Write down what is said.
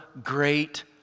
great